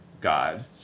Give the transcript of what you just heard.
God